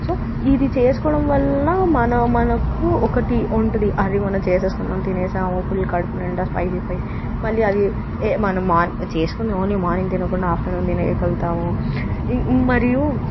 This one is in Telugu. సో ఇది చేసుకోవడం వల్ల మన మనకు ఒకటి ఉంటుంది అది మనకు చేసేసుకున్నాము తినేసాము ఫుల్ కడుపునిండా స్పైసీ స్పైసీ మళ్లీ అది మనం మా చేసేసుకొని ఓన్లీ మార్నింగ్ తినకుండా ఆఫ్టర్నూన్ తినేయగలతాము మరియు